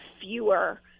fewer